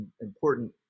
important